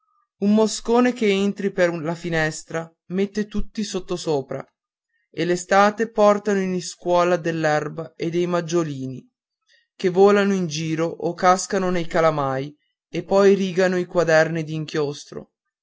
un moscone che entra per la finestra mette tutti sottosopra e l'estate portano in iscuola dell'erba e dei maggiolini che volano in giro o cascano nei calamai e poi rigano i quaderni